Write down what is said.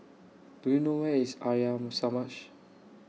Do YOU know Where IS Arya Samaj